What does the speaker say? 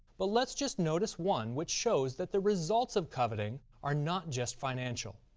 but let's just notice one which shows that the results of coveting are not just financial.